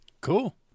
Cool